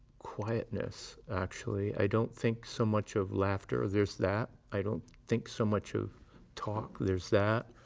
quietness, actually. i don't think so much of laughter there's that. i don't think so much of talk there's that.